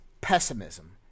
pessimism